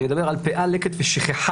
אני מדבר על פאה, לקט ושכחה